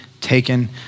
taken